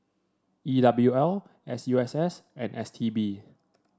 E W L S U S S and S T B